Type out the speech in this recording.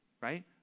right